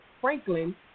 franklin